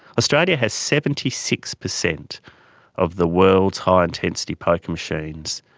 australia has seventy six percent of the world's high-intensity poker machines.